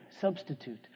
substitute